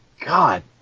God